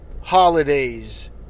holidays